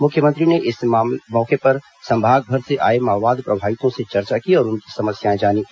मुख्यमंत्री ने इस मौके पर संभाग भर से आए माओवाद प्रभावितों से चर्चा की और उनकी समस्याएं जानीं